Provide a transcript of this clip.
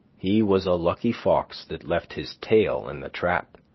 he was a lucky fox that left his tail in the trap.